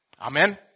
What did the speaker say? Amen